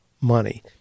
money